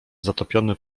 zatopiony